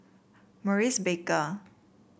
Maurice Baker